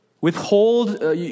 withhold